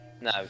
no